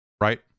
Right